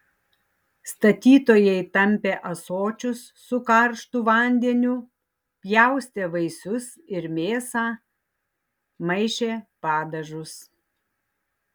statytojai tampė ąsočius su karštu vandeniu pjaustė vaisius ir mėsą maišė padažus